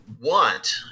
want